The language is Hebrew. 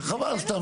וחבל סתם.